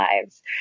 lives